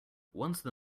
once